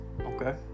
Okay